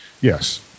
Yes